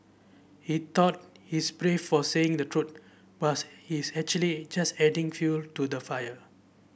he thought he's brave for saying the truth but he's actually just adding fuel to the fire